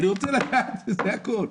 אני רוצה לדעת, זה הכול.